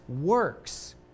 works